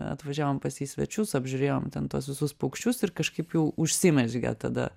atvažiavom pas jį į svečius apžiūrėjom ten tuos visus paukščius ir kažkaip jau užsimezgė tada